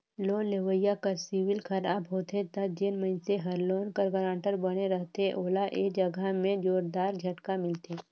loan लेवइया कर CIBIL खराब होथे ता जेन मइनसे हर लोन कर गारंटर बने रहथे ओला ए जगहा में जोरदार झटका मिलथे